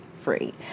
Free